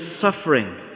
suffering